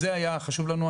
זה היה חשוב לנו.